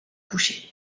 coucher